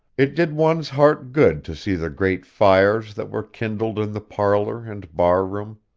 it did one's heart good to see the great fires that were kindled in the parlor and bar-room,